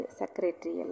secretary